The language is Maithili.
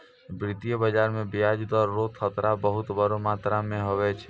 वित्तीय बाजार मे ब्याज दर रो खतरा बहुत बड़ो मात्रा मे हुवै छै